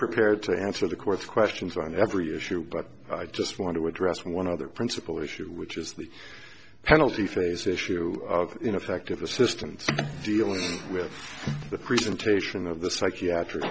prepared to answer the court's questions on every issue but i just want to address one other principle issue which is the penalty phase issue of you know effective assistance dealing with the presentation of the psychiatric